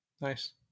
Nice